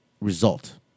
result